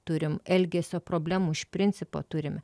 turim elgesio problemų iš principo turime